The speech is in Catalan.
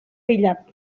aïllat